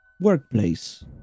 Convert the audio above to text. workplace